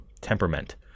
temperament